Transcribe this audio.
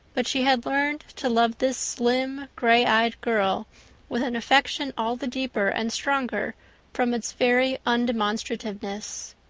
but she had learned to love this slim, gray-eyed girl with an affection all the deeper and stronger from its very undemonstrativeness.